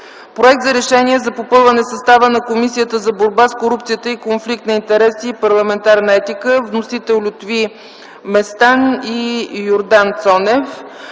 Проект за Решение за попълване състава на Комисията за борба с корупцията и конфликт на интереси и парламентарна етика. Вносители са Лютви Местан и Йордан Цонев.